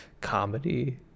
comedy